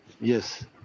Yes